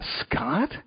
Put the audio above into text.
Scott